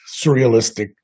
surrealistic